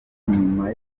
nyuma